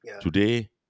Today